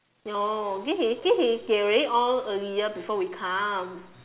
no this is this is they already on earlier before we come